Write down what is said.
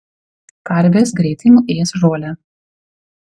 karvės greitai nuės žolę